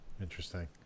interesting